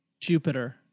jupiter